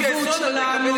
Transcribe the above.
ככה אתה מפקיר את, שלך?